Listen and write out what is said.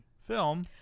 film